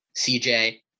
CJ